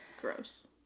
Gross